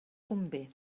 convé